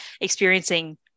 experiencing